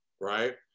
right